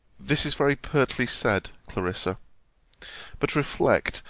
this is very pertly said, clarissa but reflect,